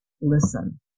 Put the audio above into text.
listen